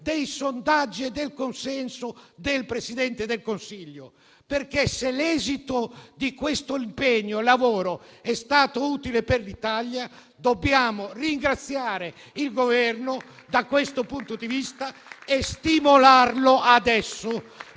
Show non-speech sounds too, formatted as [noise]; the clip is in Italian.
dei sondaggi e del consenso del Presidente del Consiglio, perché, se l'esito di questo impegno e lavoro è stato utile per l'Italia, dobbiamo ringraziare il Governo. [applause] E stimolarlo adesso